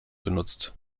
benutzt